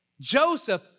Joseph